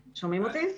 החינוך.